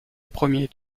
premiers